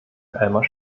elmar